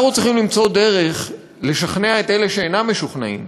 אנחנו צריכים למצוא דרך לשכנע את אלה שאינם משוכנעים.